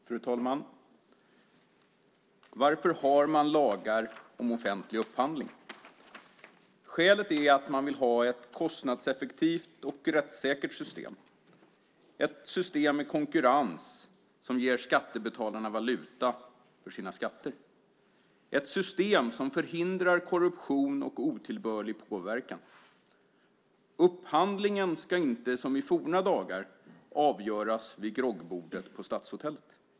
Fru talman! Varför har man lagar om offentlig upphandling? Skälet är att man vill ha ett kostnadseffektivt och rättssäkert system, ett system i konkurrens som ger skattebetalarna valuta för sina skatter och ett system som förhindrar korruption och otillbörlig påverkan. Upphandlingen ska inte som i forna dagar avgöras vid groggbordet på stadshotellet.